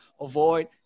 avoid